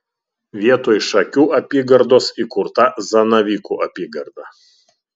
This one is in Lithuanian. vietoj šakių apygardos įkurta zanavykų apygarda